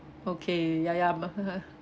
okay ya ya mah